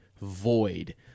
void